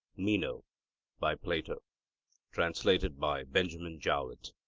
meno by plato translated by benjamin jowett